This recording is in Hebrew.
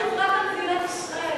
למה האחריות רק על מדינת ישראל?